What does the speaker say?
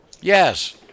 Yes